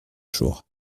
jour